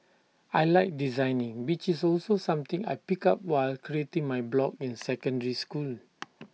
I Like designing which is also something I picked up while creating my blog in secondary school